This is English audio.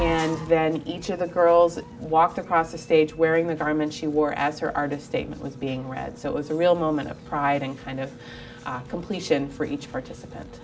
and then each of the girls walked across the stage wearing the garment she wore as her art and statement was being read so it was a real moment of pride and kind of completion for each participant